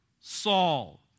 Saul